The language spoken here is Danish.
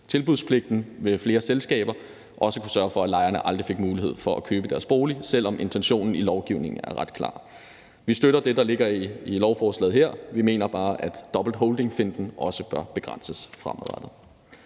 tilbudspligten ved at have flere selskaber også kunne sørge for, at lejerne aldrig fik mulighed for at købe deres bolig, selv om intentionen i lovgivningen er ret klar. Vi støtter det, der ligger i lovforslaget her; vi mener bare, at dobbelt holding-finten også bør begrænses fremadrettet.